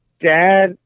dad